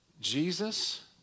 Jesus